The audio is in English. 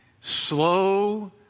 slow